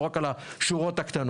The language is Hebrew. לא רק על השורות הקטנות.